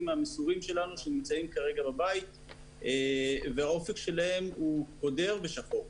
המסורים שלנו שנמצאים כרגע בבית והאופק שלהם קודר ושחור.